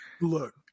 Look